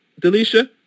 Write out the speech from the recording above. Delisha